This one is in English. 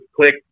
click